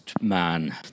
man